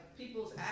people's